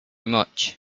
much